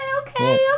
okay